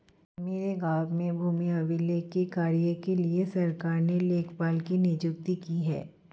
मेरे गांव में भूमि अभिलेख के कार्य के लिए सरकार ने लेखपाल की नियुक्ति की है